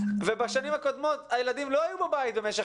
בשנים הקודמות הילדים לא היו בבית במשך